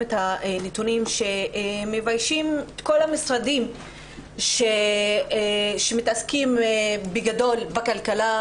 את הנתונים שמביישים את כל המשרדים שמתעסקים בגדול בכלכלה,